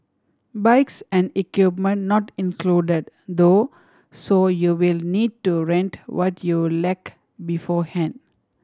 bikes and equipment not included though so you'll need to rent what you lack beforehand